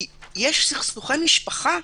כי יש סכסוכי משפחה,